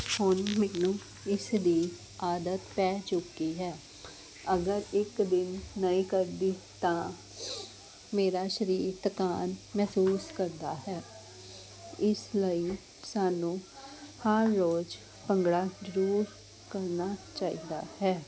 ਹੁਣ ਮੈਨੂੰ ਇਸ ਦੀ ਆਦਤ ਪੈ ਚੁੱਕੀ ਹੈ ਅਗਰ ਇਕ ਦਿਨ ਨਹੀਂ ਕਰਦੀ ਤਾਂ ਮੇਰਾ ਸਰੀਰ ਥਕਾਨ ਮਹਿਸੂਸ ਕਰਦਾ ਹੈ ਇਸ ਲਈ ਸਾਨੂੰ ਹਰ ਰੋਜ਼ ਭੰਗੜਾ ਜ਼ਰੂਰ ਕਰਨਾ ਚਾਹੀਦਾ ਹੈ